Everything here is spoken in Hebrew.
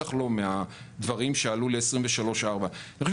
בטח לא מהדברים שעלו ל-2023-2024; אני חושב